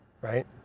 right